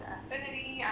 Affinity